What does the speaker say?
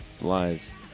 lies